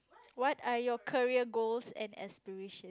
what are your career goals and aspiration